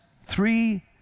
three